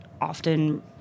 often